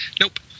Nope